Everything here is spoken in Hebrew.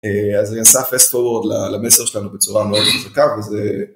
אז נעשה fast forward למסר שלנו בצורה מאוד חזקה וזה...